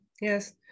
Yes